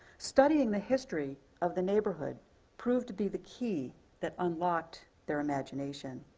studying the history of the neighborhood proved to be the key that unlocked their imagination.